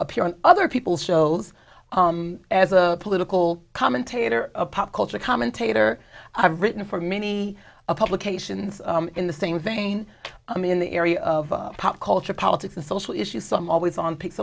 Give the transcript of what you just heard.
appear on other people's shows as a political commentator a pop culture commentator i've written for many publications in the same vein i'm in the area of pop culture politics and social issues so i'm always on picks